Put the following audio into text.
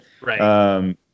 Right